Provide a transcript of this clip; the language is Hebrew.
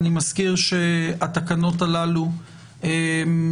אני מזכיר שהתקנות הללו כללו,